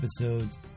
episodes